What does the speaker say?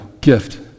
gift